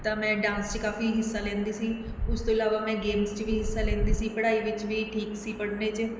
ਤਾਂ ਮੈਂ ਡਾਂਸ 'ਚ ਕਾਫੀ ਹਿੱਸਾ ਲੈਂਦੀ ਸੀ ਉਸ ਤੋਂ ਇਲਾਵਾ ਮੈਂ ਗੇਮਸ 'ਚ ਵੀ ਹਿੱਸਾ ਲੈਂਦੀ ਸੀ ਪੜ੍ਹਾਈ ਵਿੱਚ ਵੀ ਠੀਕ ਸੀ ਪੜ੍ਹਨ 'ਚ